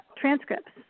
transcripts